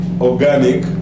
organic